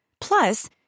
Plus